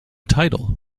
title